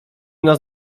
nas